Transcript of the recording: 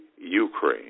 Ukraine